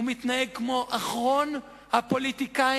הוא מתנהג כמו אחרון הפוליטיקאים,